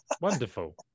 Wonderful